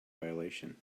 violation